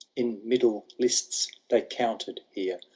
in middle lists they countered here.